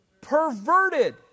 Perverted